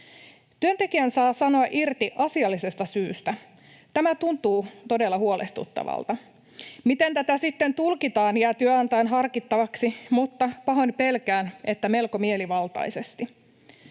Työntekijän saa sanoa irti asiallisesta syystä. Tämä tuntuu todella huolestuttavalta. Se, miten tätä sitten tulkitaan, jää työnantajan harkittavaksi, mutta pahoin pelkään, että melko mielivaltaisesti.